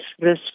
risk